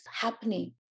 happening